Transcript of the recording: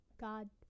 God